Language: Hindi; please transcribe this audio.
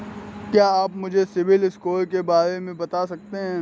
क्या आप मुझे सिबिल स्कोर के बारे में बता सकते हैं?